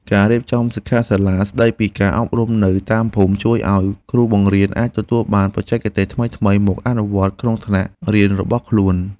ការរៀបចំសិក្ខាសាលាស្តីពីការអប់រំនៅតាមភូមិ ជួយឱ្យគ្រូបង្រៀនអាចទទួលបានបច្ចេកទេសថ្មីៗមកអនុវត្តក្នុងថ្នាក់រៀនរបស់ខ្លួនបាន។